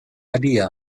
idea